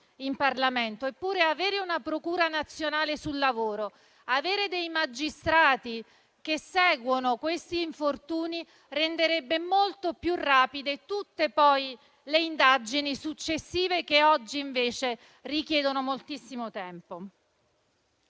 Eppure, avere una procura nazionale sul lavoro, con dei magistrati che seguono quegli infortuni, renderebbe molto più rapide tutte le indagini successive, che oggi invece richiedono moltissimo tempo.